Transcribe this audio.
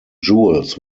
jewels